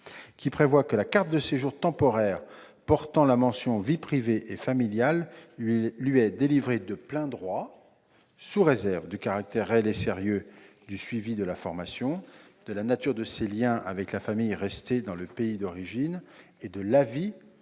qui prévoit que la carte de séjour temporaire portant la mention « vie privée et familiale » lui est délivrée de plein droit, sous réserve que soient respectés trois critères : le caractère réel et sérieux du suivi de la formation ; la nature de ses liens avec la famille restée dans le pays d'origine ; et l'avis de la